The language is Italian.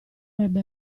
ebbe